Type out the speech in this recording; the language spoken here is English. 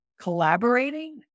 collaborating